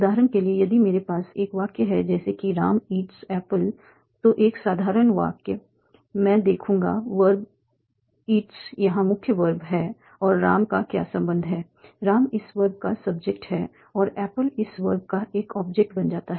उदाहरण के लिए यदि मेरे पास एक वाक्य है जैसे कि राम इट्स एप्पल तो एक साधारण वाक्य मैं देखूंगा वर्ब इट्स यहां मुख्य वर्ब है और राम का क्या संबंध है राम इस वर्ब का सब्जेक्ट है और एप्पल इस वर्ब का एक ऑब्जेक्ट बन जाता है